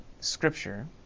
Scripture